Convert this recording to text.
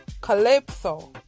calypso